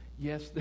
Yes